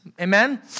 Amen